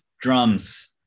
drums